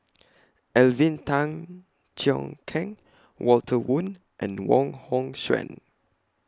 Alvin Tan Cheong Kheng Walter Woon and Wong Hong Suen